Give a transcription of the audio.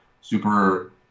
super